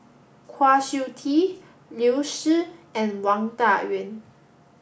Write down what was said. Kwa Siew Tee Liu Si and Wang Dayuan